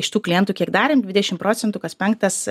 iš tų klientų kiek darėm dvidešimt procentų kas penktas